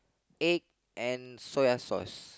egg and soya sauce